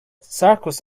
circus